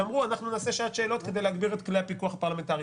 ואמרו: אנחנו נעשה שעת שאלות כדי להגביר את כלי הפיקוח הפרלמנטרי.